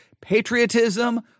patriotism